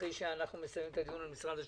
אחרי שאנחנו נסיים את הדיון עם משרד הבינוי